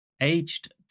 Aged